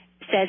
says